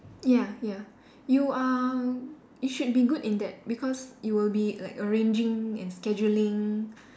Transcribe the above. ya ya you are you should be good in that because you will be like arranging and scheduling